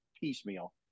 piecemeal